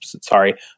sorry